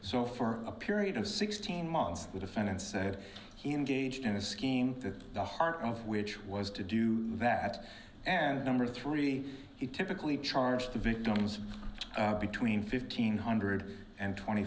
so for a period of sixteen months the defendant said he engaged in a scheme that the heart of which was to do that and number three he typically charged the victims between fifteen hundred and twenty